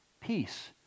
peace